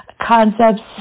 concepts